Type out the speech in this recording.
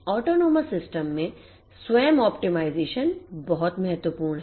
AUTONOMOUS SYSTEMS में स्वयंOPTIMIZATION बहुत महत्वपूर्ण है